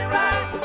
right